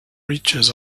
reaches